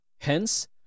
Hence